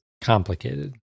complicated